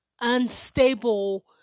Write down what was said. unstable